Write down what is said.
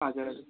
हजुर हजुर